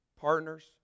partners